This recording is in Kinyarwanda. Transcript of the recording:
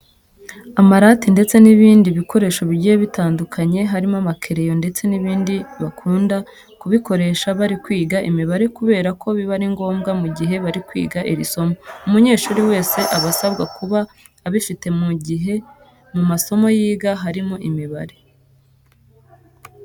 Amarati ndetse n'ibindi bikoresho bigiye bitandukanye harimo amakereyo ndetse n'ibindi bakunda kubikoresha bari kwiga imibare kubera ko biba ari ngomwa mu gihe bari kwiga iri somo. Umunyeshuri wese aba asabwa kuba abifite mu gihe mu masomo yiga harimo imibare.